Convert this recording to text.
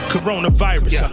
Coronavirus